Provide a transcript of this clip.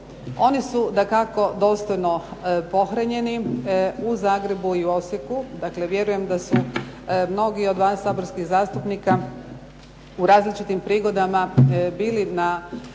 Oni su dakako dostojno pohranjeni u Zagrebu i Osijeku. Dakle, vjerujem da su mnogi od vas saborskih zastupnika u različitim prigodama bili na